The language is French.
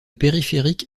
périphérique